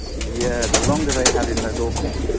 yeah the longer they had in those orphanages,